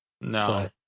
No